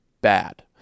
bad